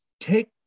take